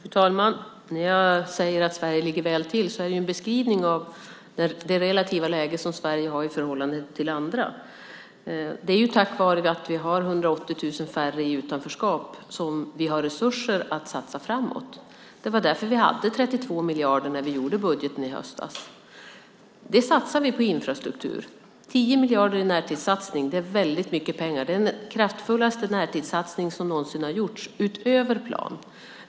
Fru talman! När jag säger att Sverige ligger väl till är det en beskrivning av det relativa läge som Sverige har i förhållande till andra. Det är tack vare att vi har 180 000 färre i utanförskap som vi har resurser att satsa framåt. Det var därför vi hade 32 miljarder när vi gjorde budgeten i höstas. Det satsar vi på infrastruktur. 10 miljarder i en närtidssatsning är väldigt mycket pengar. Det är den kraftfullaste närtidssatsning som någonsin har gjorts utöver plan.